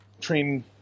train